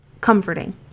Comforting